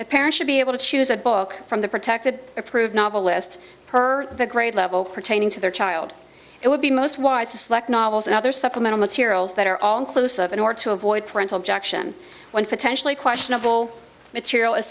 the parent should be able to choose a book from the protected approved novel list per the grade level pertaining to their child it would be most wise to select novels and other supplemental materials that are all inclusive in order to avoid parental jackson when potentially questionable material is